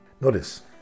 Notice